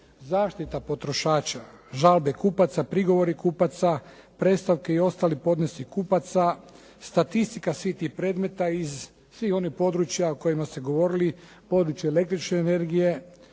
zaštita potrošača, žalbe kupaca, prigovori kupaca, predstavke i ostali podnesci kupaca, statistika svih tih predmeta iz svih onih područja o kojima ste govorili, područje električne energije,